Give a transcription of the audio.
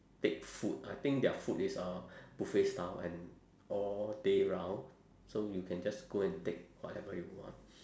take food I think their food is uh buffet style and all day round so you can just go and take whatever you want